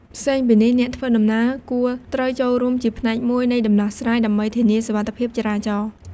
ផ្សេងពីនេះ អ្នកធ្វើដំណើរគួរត្រូវចូលរួមជាផ្នែកមួយនៃដំណោះស្រាយ ដើម្បីធានាសុវត្ថិភាពចរាចរណ៍។